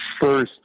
first